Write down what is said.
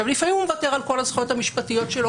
לפעמים הוא מוותר על כל הזכויות המשפטיות שלו